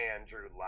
Andrew